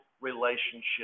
relationship